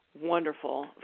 wonderful